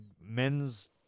men's